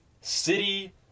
city